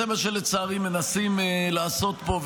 זה מה שלצערי מנסים לעשות פה,